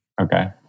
Okay